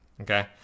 Okay